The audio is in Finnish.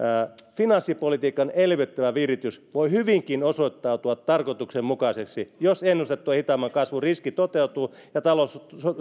finanssipolitiikan elvyttävä viritys voi hyvinkin osoittautua tarkoituksenmukaiseksi jos ennustettua hitaamman kasvun riski toteutuu ja talous